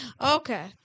Okay